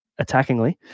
attackingly